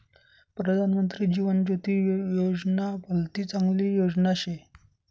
प्रधानमंत्री जीवन ज्योती विमा योजना भलती चांगली योजना शे